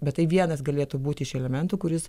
bet tai vienas galėtų būti iš elementų kuris